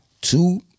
two